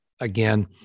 again